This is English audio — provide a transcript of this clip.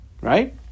Right